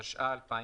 התשע"א-2011.